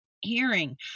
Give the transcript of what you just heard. hearing